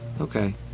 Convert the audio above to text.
Okay